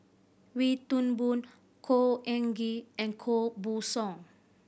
Wee Toon Boon Khor Ean Ghee and Koh Buck Song